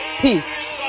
peace